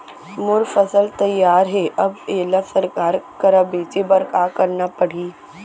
मोर फसल तैयार हे अब येला सरकार करा बेचे बर का करना पड़ही?